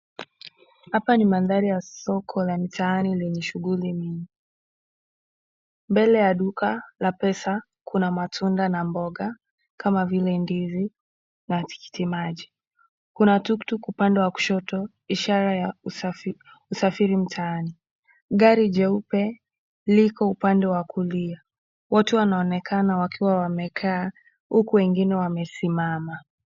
Hapa ni mandhari ya soko la mtaani lenye shughuli nyingi. Mbele ya duka la pesa, kuna matunda na mboga kama vile ndizi na tikiti maji. Kuna tuktuk upande wa kushoto, ishara ya usafiri mtaani. Gari jeupe liko upande wa kulia. Watu wanaonekana wakiwa wamekaa huku wengine wamesimama.